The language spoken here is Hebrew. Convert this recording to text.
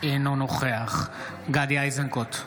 אינו נוכח גדי איזנקוט,